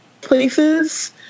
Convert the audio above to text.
places